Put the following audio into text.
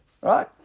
Right